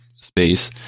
space